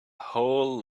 whole